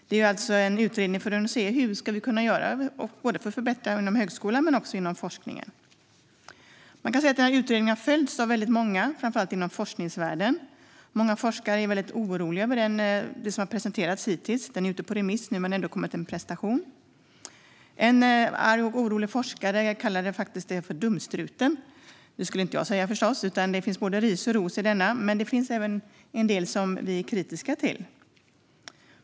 Det är en utredning som ska titta på hur vi ska göra för att förbättra både högskolan och forskningen. Denna utredning har följts av väldigt många, framför allt inom forskningsvärlden. Många forskare är oroliga över det som har presenterats hittills; utredningen är ute på remiss nu, men en presentation har ändå kommit. En arg och orolig forskare kallade faktiskt utredningen för Dumstruten - det skulle inte jag säga, förstås. Det har kommit både ris och ros, och det finns en del som vi är kritiska till.